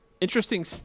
Interesting